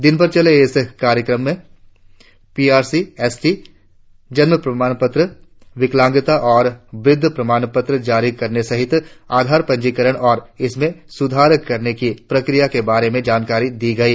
दिनभर चले इस कार्यक्रम के तहत P R C S T जन्म प्रमाण पत्र आय विकलांगता और बृद्ध प्रमाण पत्र जारी करने सहित आधार पंजीकरण और इसमें सुधार करने की प्रक्रियाओ के बारे में जानकारी दी गयी